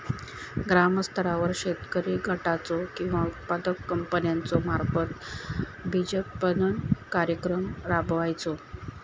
ग्रामस्तरावर शेतकरी गटाचो किंवा उत्पादक कंपन्याचो मार्फत बिजोत्पादन कार्यक्रम राबायचो?